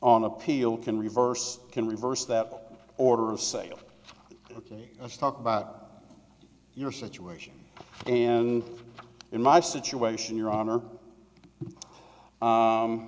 on appeal can reverse can reverse that order and say ok let's talk about your situation and in my situation your honor